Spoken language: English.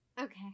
Okay